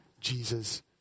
Jesus